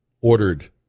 ordered